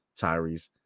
Tyrese